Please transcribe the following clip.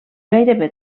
gairebé